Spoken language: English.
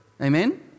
Amen